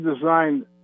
designed